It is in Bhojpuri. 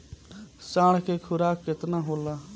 साँढ़ के खुराक केतना होला?